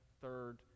third